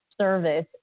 service